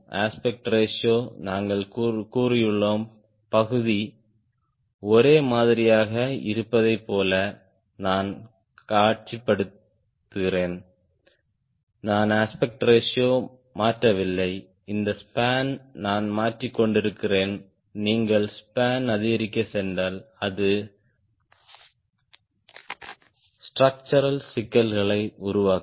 aspect ratio நாங்கள் கூறியுள்ளோம் பகுதி ஒரே மாதிரியாக இருப்பதைப் போல நான் காட்சிப்படுத்துகிறேன் நான் அஸ்பெக்ட் ரேஷியோ மாற்றவில்லை இந்த ஸ்பான் நான் மாற்றிக் கொண்டிருக்கிறேன் நீங்கள் ஸ்பான் அதிகரிக்கச் சென்றால் அது ஸ்ட்டருக்ச்சரல் சிக்கல்களை உருவாக்கும்